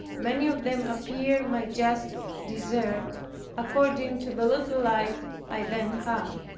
many of them appeared my just dessert according to the little light i then had.